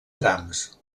trams